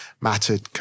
mattered